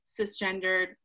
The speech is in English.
cisgendered